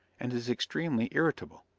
and is extremely irritable.